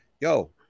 Yo